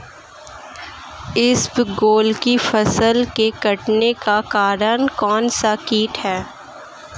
इसबगोल की फसल के कटने का कारण कौनसा कीट है?